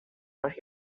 out